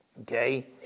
Okay